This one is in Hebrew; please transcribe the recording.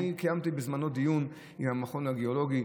אני קיימתי בזמנו דיון עם המכון הגיאולוגי,